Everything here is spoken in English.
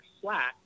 flat